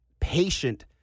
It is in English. patient